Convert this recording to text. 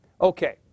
Okay